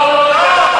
לא, לא.